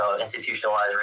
institutionalized